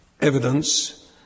evidence